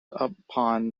upon